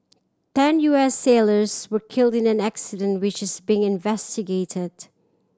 ten U S sailors were killed in the accident which is being investigated